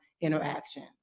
interaction